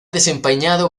desempeñado